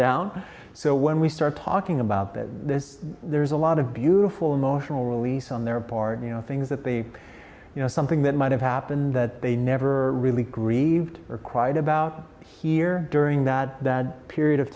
down so when we start talking about that this there's a lot of beautiful emotional release on their part you know things that they you know something that might have happened that they never really grieved or quiet about here during that bad period of